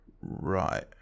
right